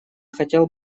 хотел